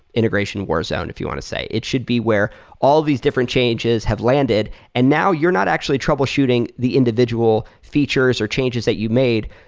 integration warzone if you want to say. it should be where all these different changes have landed and now you're not actually troubleshooting the individual features or changes that you made.